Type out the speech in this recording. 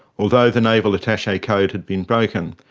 although the naval attache code had been broken,